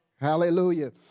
Hallelujah